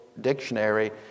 Dictionary